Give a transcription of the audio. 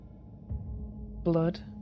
blood